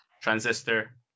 Transistor